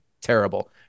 terrible